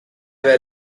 were